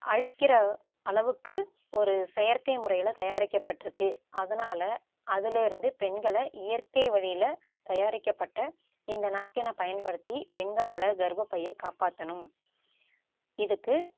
அழிக்கிற அளவுக்கு ஒரு செயற்கை முறையில் தயாரிக்கப்பட்டிருக்கு அதனால் அதிலேருந்து பெண்களை இயற்கை வழியில் தயாரிக்கப்பட்ட இந்த நாப்கினை பயன்படுத்தி பெண்களோட கர்பப்பையை காப்பாற்றணும் இதுக்கு